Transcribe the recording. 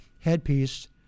headpiece